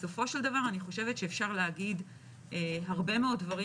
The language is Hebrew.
בסופו של דבר אפשר לומר הרבה מאוד דברים,